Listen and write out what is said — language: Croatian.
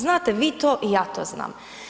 Znate vi to i ja to znam.